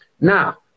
Now